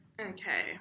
Okay